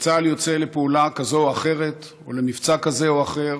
כשצה"ל יוצא לפעולה כזו או אחרת או למבצע כזה או אחר